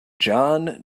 jon